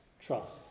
trust